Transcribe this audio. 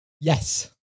Yes